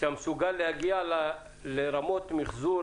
שאתה מסוגל להגיע לרמות מיחזור,